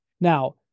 Now